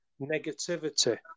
negativity